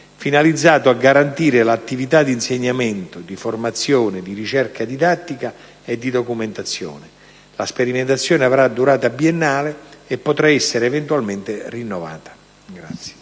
finalizzato a garantire l'attività di insegnamento, di formazione, di ricerca didattica e di documentazione. La sperimentazione avrà durata biennale e potrà essere, eventualmente, rinnovata.